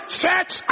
church